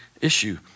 issue